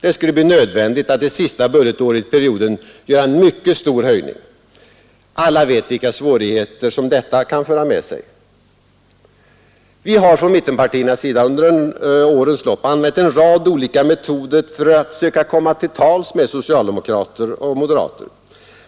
Det skulle då bli nödvändigt att under periodens sista budgetår göra en mycket stor höjning. Alla vet vilka svårigheter detta kan föra med sig. Vi har från mittenpartierna under årens lopp använt en rad olika metoder för att söka komma till tals med socialdemokrater och moderater.